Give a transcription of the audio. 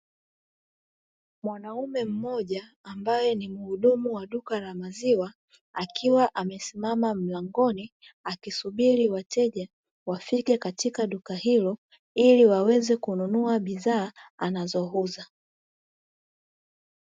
Mwanaume mmoja ambaye ni mhudumu wa duka la maziwa akiwa amesimama mlangoni, akisubiri wateja wafike katika duka hilo ili waweze kununua bidhaa anazouza.